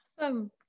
Awesome